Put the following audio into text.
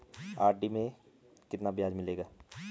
RD में कितना ब्याज मिलेगा?